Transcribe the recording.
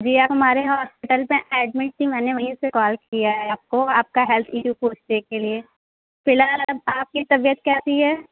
جی آپ ہمارے یہاں ہاسپیٹل میں ایڈمٹ تھیں میں نے وہیں سے کال کیا ہے آپ کو آپ کا ہیلتھ ایشو پوچھنے کے لیے فی الحال اب آپ کی طبیعت کیسی ہے